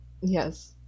yes